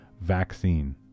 vaccine